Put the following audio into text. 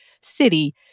City